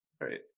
Right